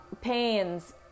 pains